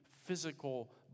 physical